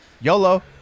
Yolo